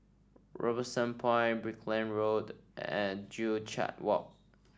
Robinson Point Brickland Road and Joo Chiat Walk